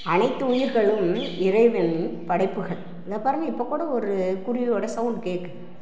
அனைத்து உயிர்களும் இறைவனின் படைப்புகள் இதைப்பாருங்க இப்போ கூட ஒரு குருவியோட சவுண்டு கேட்குது